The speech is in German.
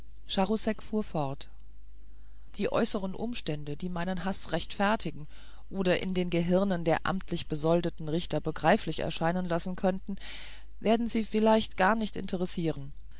fuhr fort die äußeren umstande die meinen haß rechtfertigen oder in den gehirnen der amtlich besoldeten richter begreiflich erscheinen lassen könnten werden sie vielleicht gar nicht interessieren